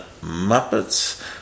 muppets